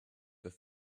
with